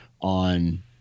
on